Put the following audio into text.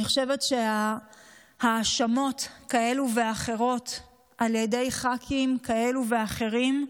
אני חושבת שהאשמות כאלה ואחרות על ידי ח"כים כאלה ואחרים,